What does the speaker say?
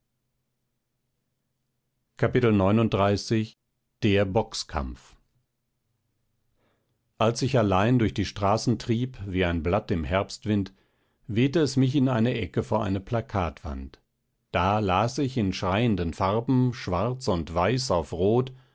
als ich allein durch die straßen trieb wie ein blatt im herbstwind wehte es mich in eine ecke vor eine plakatwand da las ich in schreienden farben schwarz und weiß auf rot